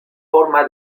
forma